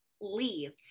leave